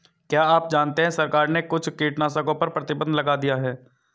क्या आप जानते है सरकार ने कुछ कीटनाशकों पर प्रतिबंध लगा दिया है?